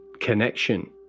connection